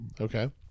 Okay